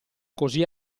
così